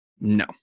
no